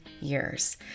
years